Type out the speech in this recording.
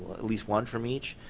at least one from each.